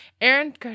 Aaron